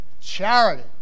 Charity